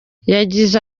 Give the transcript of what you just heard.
yagize